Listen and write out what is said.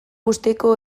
bustiko